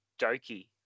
Doki